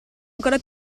ancora